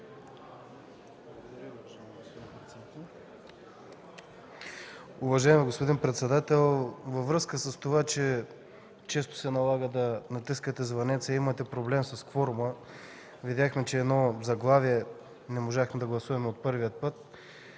Уважаеми господин председател, във връзка с това, че често се налага да натискате звънеца и имате проблем с кворума – видяхме, че едно заглавие не можахме да гласуваме от първия път,